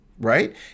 right